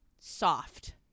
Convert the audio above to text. soft